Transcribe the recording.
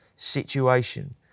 situation